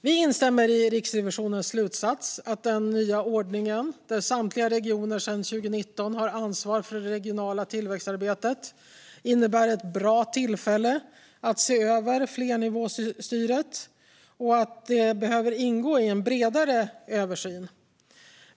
Vi instämmer i Riksrevisionens slutsats att den nya ordningen, där samtliga regioner sedan 2019 har ansvar för det regionala tillväxtarbetet, innebär ett bra tillfälle att se över flernivåstyret och att detta behöver ingå i en bredare översyn.